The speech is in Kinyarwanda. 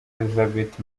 elizabeth